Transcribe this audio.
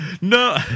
No